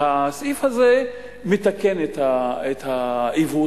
והסעיף הזה מתקן את העיוות.